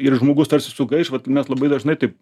ir žmogus tarsi sugaiš vat mes labai dažnai taip